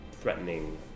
threatening